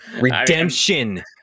Redemption